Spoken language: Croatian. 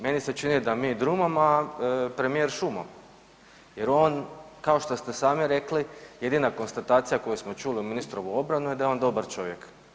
Meni se čini da mi drumom, a premijer šumom jer on, kao što ste sami rekli, jedina konstatacija koju smo čuli u ministrovu obranu je da je on dobar čovjek.